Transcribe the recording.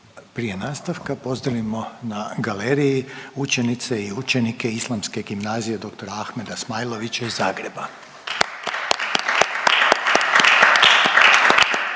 Prije nastavka pozdravimo na galerije učenice i učenike Islamske gimnazije dr. Ahmeda Smajlovića iz